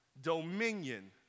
dominion